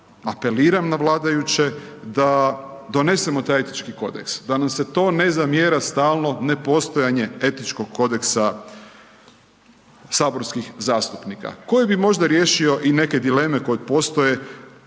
apeliram na vladajuće, da donesemo taj etički kodeks, da nam se to ne zamjera stalno nepostojanje etičkog kodeksa saborskih zastupnika koji bi možda riješio i neke dileme koje postoje